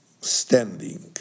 standing